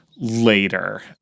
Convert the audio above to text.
Later